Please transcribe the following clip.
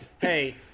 Hey